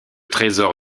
trésor